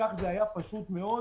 כך זה היה פשוט מאוד.